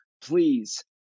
Please